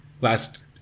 Last